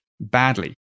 badly